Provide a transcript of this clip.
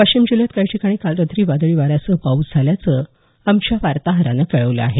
वाशिम जिल्ह्यात काही ठिकाणी काल रात्री वादळी वाऱ्यासह पाऊस झाल्याचं आमच्या वार्ताहरानं कळवलं आहे